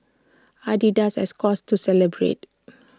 Adidas has cause to celebrate